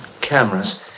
cameras